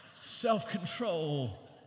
Self-control